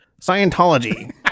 Scientology